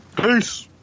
Peace